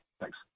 Thanks